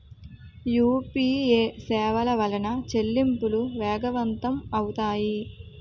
UPA సేవల వలన చెల్లింపులు వేగవంతం అవుతాయి